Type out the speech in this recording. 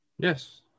Yes